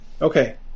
Okay